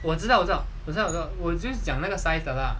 我知道我知道我就是讲那个 size 的 lah